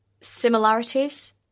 similarities